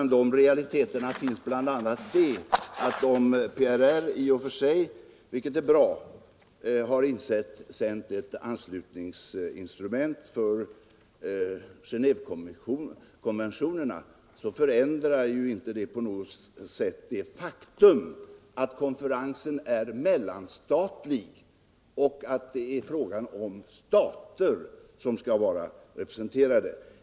Däri ligger bl.a. att om PRR har, vilket i och för sig är bra, insänt ett anslutningsinstrument för Genévekonventionerna förändrar det inte på något sätt det faktum att konferensen är mellanstatlig och att det är stater som skall vara representerade.